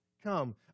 come